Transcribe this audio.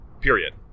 period